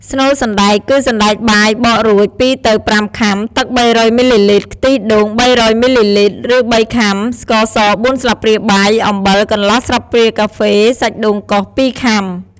ស្នូលសណ្តែក គឺសណ្ដែកបាយបករួច ២ ទៅ ៥ ខាំ ទឹក ៣០០ មីលីលីត្រ ខ្ទះដូង ៣០០ មីលីលីត្រ រឺ ៣ ខាំ ស្ករស ៤ ស្លាបព្រាបាយ អំបិល កន្លះ ស្លាបព្រាកាហ្វេ សាច់ដូងកោស ២ ខាំ។